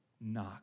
knock